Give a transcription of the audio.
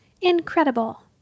Incredible